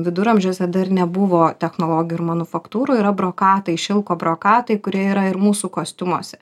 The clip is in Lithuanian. viduramžiuose dar nebuvo technologijų ir manufaktūrų yra brokatai šilko brokatai kurie yra ir mūsų kostiumuose